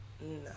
No